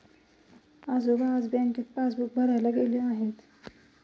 आजोबा आज बँकेत पासबुक भरायला गेले आहेत